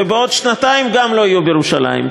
ובעוד שנתיים גם לא יהיו בירושלים,